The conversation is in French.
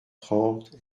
trente